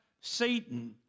Satan